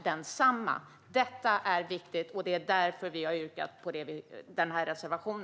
Det här är viktigt, och det är därför vi har yrkat på denna reservation.